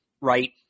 right